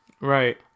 Right